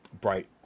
Bright